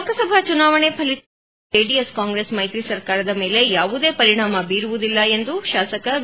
ಲೋಕಸಭಾ ಚುನಾವಣೆ ಫಲಿತಾಂಶ ರಾಜ್ಯದಲ್ಲಿನ ಜೆಡಿಎಸ್ ಕಾಂಗ್ರೆಸ್ ಮೈತ್ರಿ ಸರ್ಕಾರದ ಮೇಲೆ ಯಾವುದೇ ಪರಿಣಾಮ ಬೀರುವುದಿಲ್ಲ ಎಂದು ಶಾಸಕ ವಿ